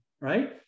right